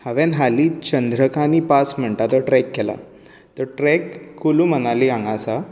हांवें हालींच चंद्रकानी पास म्हणटा तो ट्रेक केला तो ट्रेक कुल्लु मनाली हांगा आसा